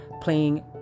playing